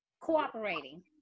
cooperating